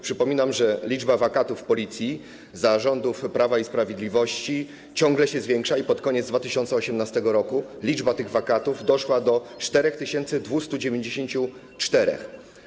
Przypominam, że liczba wakatów w Policji za rządów Prawa i Sprawiedliwości ciągle się zwiększa i pod koniec 2018 r. liczba tych wakatów doszła do 4294.